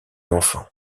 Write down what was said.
enfant